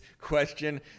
question